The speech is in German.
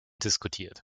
diskutiert